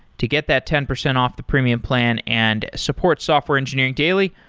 to get that ten percent off the premium plan and support software engineering daily,